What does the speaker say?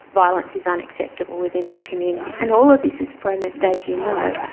violence is unacceptable within our community. and all of this is premised, as you know,